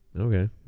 okay